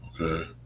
okay